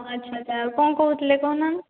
ଆଚ୍ଛା ଆଚ୍ଛା କ'ଣ କହୁଥିଲେ କହୁନାହାନ୍ତି